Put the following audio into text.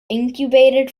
incubated